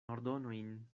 ordonojn